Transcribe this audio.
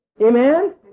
Amen